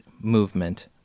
movement